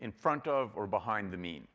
in front of or behind the mean.